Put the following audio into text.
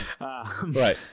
right